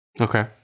Okay